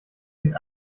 den